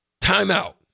Timeout